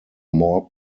more